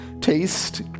Taste